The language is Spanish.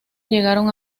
llegaron